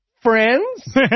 friends